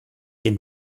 den